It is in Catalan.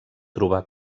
trobà